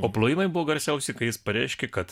o plojimai buvo garsiausi kai jis pareiškė kad